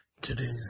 Today's